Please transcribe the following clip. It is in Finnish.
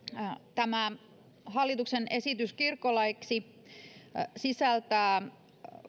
tämä hallituksen esitys kirkkolaiksi sisältää